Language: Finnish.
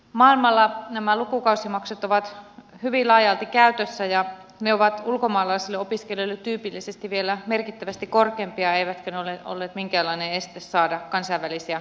maailmalla nämä lukukausimaksut ovat hyvin laajalti käytössä ja ne ovat ulkomaalaisille opiskelijoille tyypillisesti vielä merkittävästi korkeampia eivätkä ne ole olleet minkäänlainen este saada kansainvälisiä opiskelijoita